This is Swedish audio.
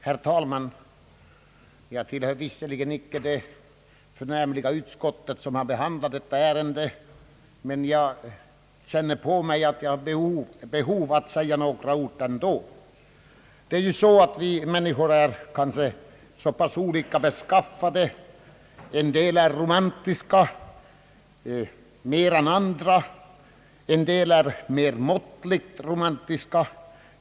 Herr talman! Jag tillhör visserligen icke det förnämliga utskott som har behandlat detta ärende, men jag känner ett behov av att säga några ord ändå. Vi människor är kanske olika beskaffade. En del är mera romantiska än andra, och en del är mera måttligt romantiska.